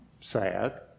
sad